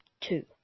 two